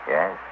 Yes